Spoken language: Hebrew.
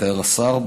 מתאר השר,